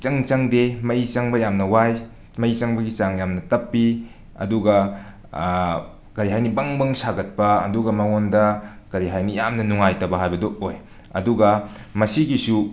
ꯏꯆꯪ ꯆꯪꯗꯦ ꯃꯩ ꯆꯪꯕ ꯌꯥꯝꯅ ꯋꯥꯢ ꯃꯩ ꯆꯪꯕꯒꯤ ꯆꯥꯡ ꯌꯥꯝꯅ ꯇꯞꯄꯤ ꯑꯗꯨꯒ ꯀꯔꯤ ꯍꯥꯏꯅꯤ ꯕꯪ ꯕꯪ ꯁꯥꯒꯠꯄ ꯑꯗꯨꯒ ꯃꯉꯣꯟꯗ ꯀꯔꯤ ꯍꯥꯏꯅꯤ ꯌꯥꯝꯅ ꯅꯨꯡꯉꯥꯏꯇꯕ ꯍꯥꯏꯕꯗꯨ ꯑꯣꯏ ꯑꯗꯨꯒ ꯃꯁꯤꯒꯤꯁꯨ